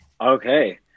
Okay